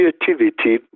creativity